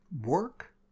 work